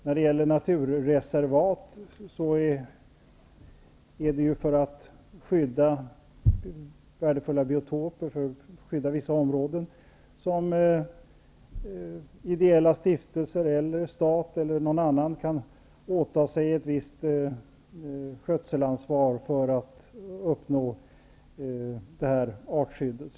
När det gäller naturreservat är det för att skydda värdefulla biotoper och vissa områden, som ideella stiftelser, stat eller någon annan kan åta sig ett visst skötselansvar för att uppnå det här artskyddet.